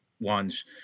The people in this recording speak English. ones